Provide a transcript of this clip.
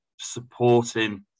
supporting